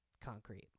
concrete